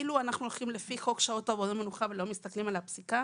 הולכים לפי חוק שעות עבודה ומנוחה ולא מסתכלים על הפסיקה,